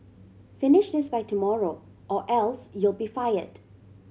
finish this by tomorrow or else you'll be fired